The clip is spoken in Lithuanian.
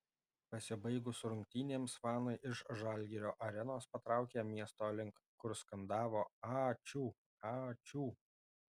pasibaigus rungtynėms fanai iš žalgirio arenos patraukė miesto link kur skandavo ačiū ačiū